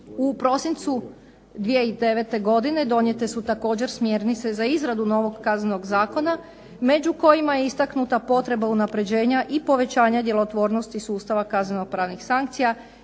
U prosincu 2009. godine donijete su također smjernice za izradu novog Kaznenog zakona među kojima je istaknuta potreba unapređenja i povećanja djelotvornosti sustava kazneno-pravnih sankcija